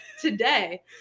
today